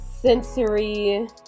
sensory